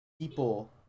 people